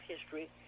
history